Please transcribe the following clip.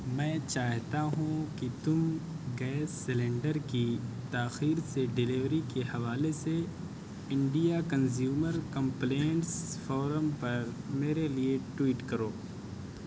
میں چاہتا ہوں کہ تم گیس سلینڈر کی تاخیر سے ڈیلیوری کے حوالے سے انڈیا کنزیومر کمپلینٹس فورم پر میرے لیے ٹویٹ کرو